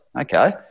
Okay